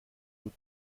août